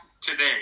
today